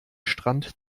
strand